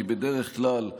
כי בדרך כלל,